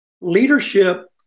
leadership